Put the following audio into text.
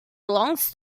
belongs